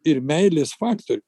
ir meilės faktorių